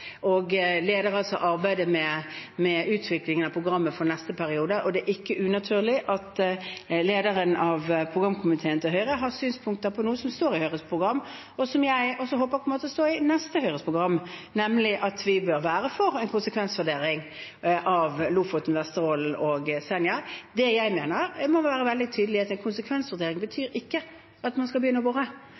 og leder altså arbeidet med utviklingen av programmet for neste periode. Det er ikke unaturlig at lederen av programkomiteen til Høyre har synspunkter på noe som står i Høyres program, og som jeg også håper kommer til å stå i Høyres neste program, nemlig at vi bør være for en konsekvensutredning av Lofoten, Vesterålen og Senja. Det jeg mener må være veldig tydelig, er at en konsekvensutredning ikke betyr at man skal begynne å bore eller at man skal begynne å